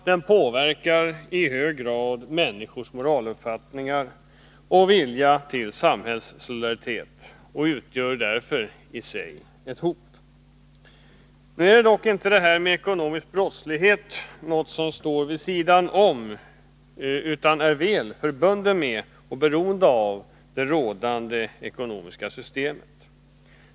Den påverkar i hög grad människornas moraluppfattningar och vilja till samhällssolidaritet och utgör därför, i sig, ett hot. Nu är dock inte detta med ekonomisk brottslighet något som står vid sidan om utan är förbundet med, och beroende av, det rådande ekonomiska systemet.